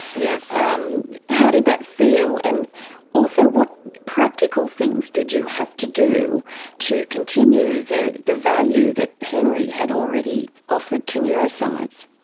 yes. um how did that feel, and also what practical things did you have to do to continue the the value that henry had already offered to neuroscience?